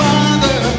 Father